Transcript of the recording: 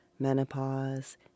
Menopause